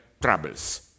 troubles